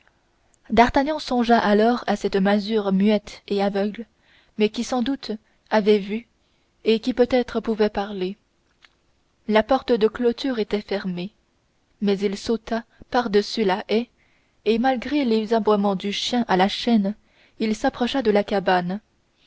d'artagnan songea alors à cette masure muette et aveugle mais qui sans doute avait vu et qui peut-être pouvait parler la porte de clôture était fermée mais il sauta par-dessus la haie et malgré les aboiements du chien à la chaîne il s'approcha de la cabane